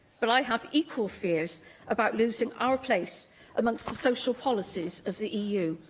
but i have equal fears about losing our place amongst the social policies of the eu,